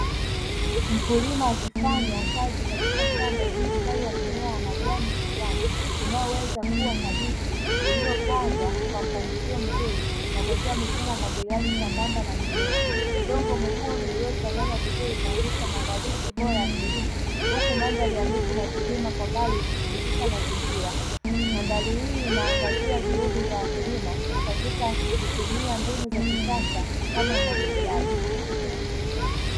Mkulima akifanya kazi katika shamba lenye mistari ya mimea ya majani kijani inayoweza kuwa kabichi iliyopandwa kwa mpangilio mzuri na kuwekewa mifumo ya umwagiliaji sambamba na mimea. Udongo mwekundu uliochanganywa vizuri unaonyesha maandalizi bora ya kilimo huku mandhari ya miti na vilima kwa mbali ikithibitisha mazingira. Mandhari hii inaangazia juhudi za wakulima katika kutumia mbinu za kisasa kama umwagiliaji.